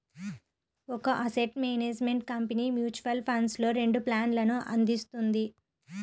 ఒక asset management company mutual ఫండ్స్లో రెండు ప్లాన్లను అందిస్తుంది